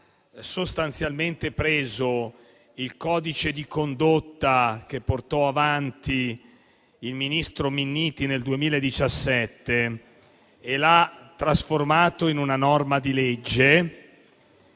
sostanzialmente preso il codice di condotta che portò avanti il ministro Minniti nel 2017 e lo ha trasformato in una norma di legge,